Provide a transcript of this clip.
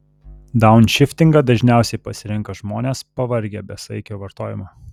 daunšiftingą dažniausiai pasirenka žmonės pavargę besaikio vartojimo